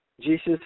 Jesus